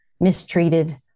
mistreated